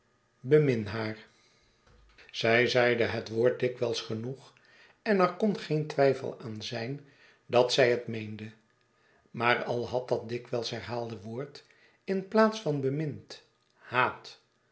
bemin haar zij zeide het woord dikwijls genoeg en er kon geen twijfel aan zijn dat zij het meende maar al had dat dikwijls herhaalde woord in plaats van bemind haat